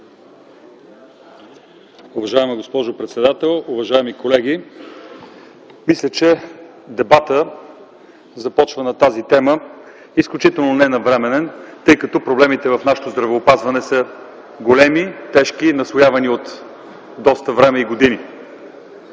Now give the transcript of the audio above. Уважаема госпожо председател, уважаеми колеги! Мисля, че дебатът по тази тема започна изключително ненавременно, тъй като проблемите в нашето здравеопазване са големи, тежки, наслоявани от доста време, с години.